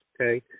okay